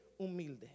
humilde